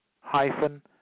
hyphen